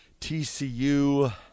TCU